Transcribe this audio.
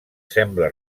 sembla